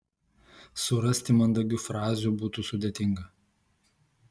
surasti mandagių frazių būtų sudėtinga